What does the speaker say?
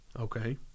Okay